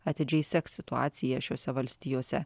atidžiai seks situaciją šiose valstijose